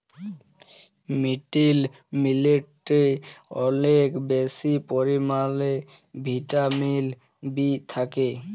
little মিলেটে অলেক বেশি পরিমালে ভিটামিল বি থ্যাকে